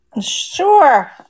Sure